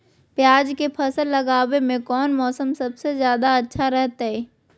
प्याज के फसल लगावे में कौन मौसम सबसे अच्छा रहतय?